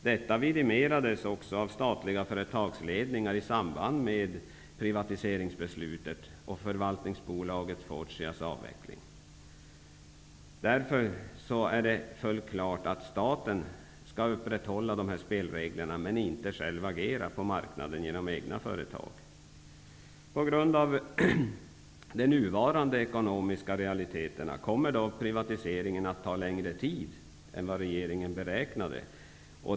Detta vidimerades av statliga företagsledningar i samband med privatiseringsbeslutet och förvaltningsaktiebolaget Fortias avveckling. Därför är det fullt klart att staten skall upprätthålla spelreglerna men inte själv agera på marknaden i egna företag. På grund av de nuvarande ekonomiska realiteterna kommer dock privatiseringen att ta längre tid än vad regeringen beräknat.